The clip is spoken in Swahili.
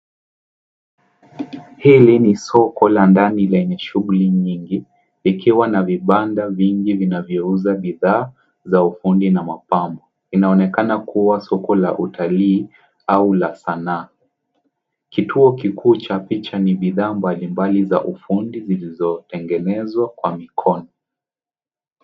Hili ni soko la ndani lenye shughuli nyingi, ikiwa na vibanda vingi vinavyouza bidhaa za ufundi na mapambo, linaonekana kuwa soko la utalii au la sanaa, kituo kikuu cha picha ni bidhaa mbalimbali za ufundi zilizotengenezwa kwa mikono.